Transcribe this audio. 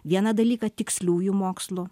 vieną dalyką tiksliųjų mokslų